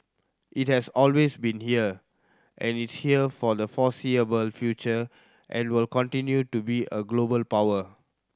it has always been here and it's here for the foreseeable future and will continue to be a global power